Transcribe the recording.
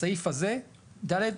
(ד),